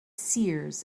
seers